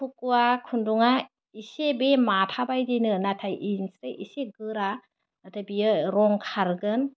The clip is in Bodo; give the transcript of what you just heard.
फुखुवा खुन्दुंआ इसे बे माथा बायदिनो नाथाइ इसे इसे गोरा नाथाय बियो रं खारगोन